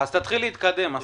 אדוני השר, תתחיל לצאת לדרך.